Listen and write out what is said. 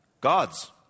God's